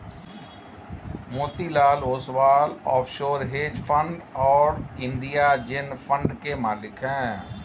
Motilal Oswal offshore hedge fund और India जेन fund के मालिक हैं